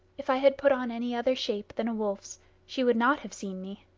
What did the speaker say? if i had put on any other shape than a wolf's she would not have seen me,